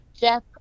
Jeff